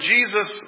Jesus